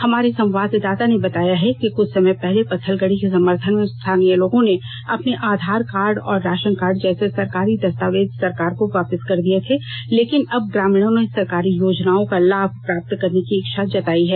हमारे संवाददाता ने बताया कि कुछ समय पहले पथलगड़ी के समर्थन में स्थानीय लोगों ने अपने आधार कार्ड और राषन कार्ड जैसे सरकारी दस्तावेज सरकार को वापस कर दिये थे लेकिन अब ग्रामीणों ने सरकारी योजनाओं का लाभ प्राप्त करने की इच्छा जताई है